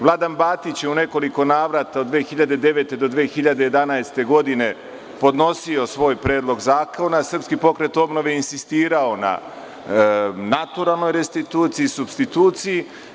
Vladan Batić je u nekoliko navrata od 2009. godine do 2011. godine podnosio svoj predlog zakona, a SPO je insistirao na naturalnoj restituciji, supstituciji.